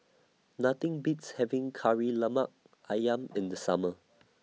Nothing Beats having Kari Lemak Ayam in The Summer